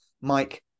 mike